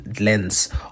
lens